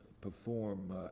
perform